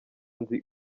nzi